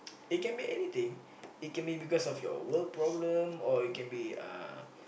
it can be anything it can be because of your work problem or it can be uh